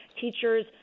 teachers